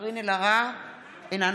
ג'אבר עסאקלה,